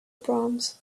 proms